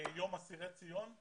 יום אסירי ציון,